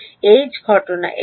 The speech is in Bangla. ছাত্র এইচ ঘটনা